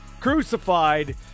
crucified